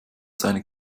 seine